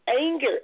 anger